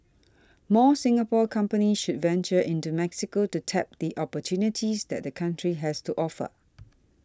more Singapore companies should venture into Mexico to tap the opportunities that the country has to offer